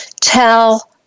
tell